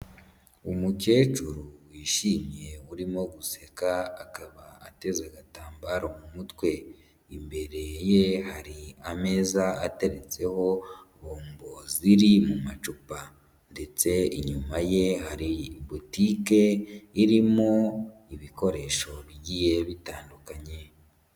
Umukecuru wishimye, urimo guseka, akaba ateze agatambaro mu mutwe. Imbere ye hari ameza ateretseho bombo ziri mu macupa ndetse inyuma ye hari botike irimo ibikoresho bigiye bitandukanye.